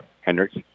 Hendricks